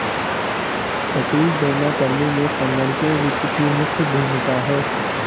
सटीक गणना करने में संगणकीय वित्त की मुख्य भूमिका है